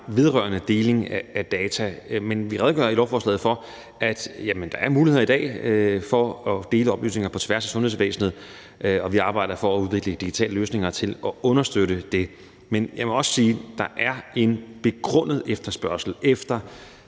vedrørende deling af data, men vi redegør i lovforslaget for, at der er muligheder i dag for at dele oplysninger på tværs af sundhedsvæsenet, og vi arbejder for at udvikle digitale løsninger til at understøtte det. Men jeg må også sige, at der er en begrundet efterspørgsel efter